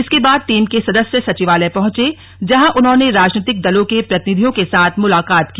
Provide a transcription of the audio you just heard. इसके बाद टीम के सदस्य सचिवालय पहंचे जहां उन्होंने राजनीतिक दलों के प्रतिनिधियों के साथ मुलाकात की